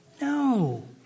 No